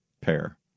pair